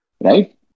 right